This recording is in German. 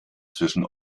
zwischen